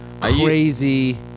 crazy